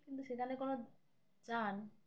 কিন্তু সেখানে কোনো চান